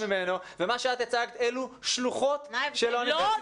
הצגת אלו שלוחות של האוניברסיטה.